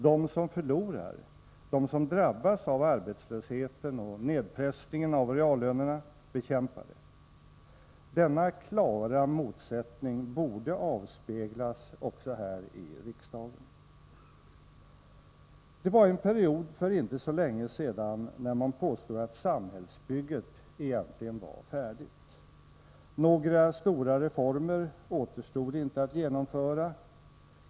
De som förlorar, de som drabbas av arbetslösheten och nedpressningen av reallönerna, bekämpar det. Denna klara motsättning borde avspeglas också här i riksdagen. Det var en period för inte så länge sedan när man påstod att samhällsbygget egentligen var färdigt. Några stora reformer återstod inte att genomföra.